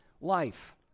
life